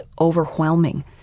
overwhelming